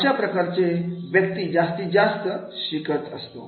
अशा प्रकारांमध्ये व्यक्ती जास्त शिकत असतो